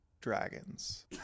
dragons